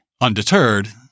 Undeterred